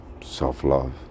self-love